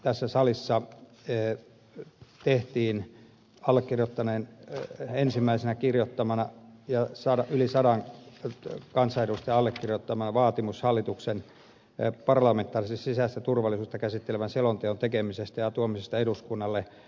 tässä salissa tehtiin allekirjoittaneen ensimmäisenä allekirjoittamana ja yli sadan kansanedustajan allekirjoittamana vaatimus hallituksen parlamentaarisesti sisäistä turvallisuutta käsittelevän selonteon tekemisestä ja tuomisesta eduskunnalle